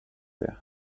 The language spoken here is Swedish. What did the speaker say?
det